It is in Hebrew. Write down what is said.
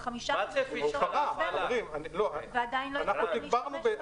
אנחנו תגברנו.